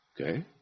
okay